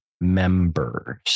members